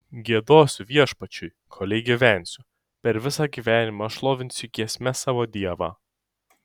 giedosiu viešpačiui kolei gyvensiu per visą gyvenimą šlovinsiu giesme savo dievą